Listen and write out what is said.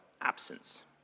absence